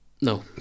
No